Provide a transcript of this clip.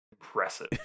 Impressive